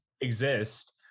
exist